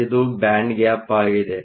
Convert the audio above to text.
ಇದು band gap ಆಗಿದೆ